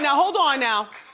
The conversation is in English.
hold on now.